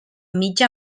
mitja